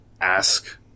ask